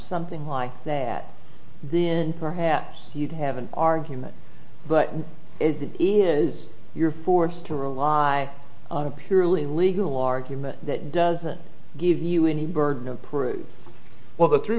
something like that then perhaps you'd have an argument but is it is you're forced to rely on a purely legal argument that doesn't give you any